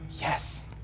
Yes